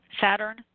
Saturn